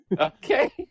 okay